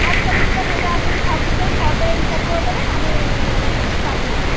আচ্ছা তবে ঠিক আছে ওইটা আপনি সব শুদ্ধই ফর্দই হিসাব করে দেবেন আমি পাঠিয়ে দেবো